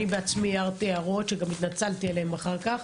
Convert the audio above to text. אני בעצמי הערתי הערות שגם התנצלתי עליהם אחר כך.